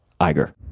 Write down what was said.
Iger